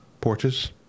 porches